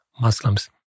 Muslims